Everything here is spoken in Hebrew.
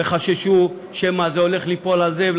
וחששו שמא זה הולך ליפול על זה,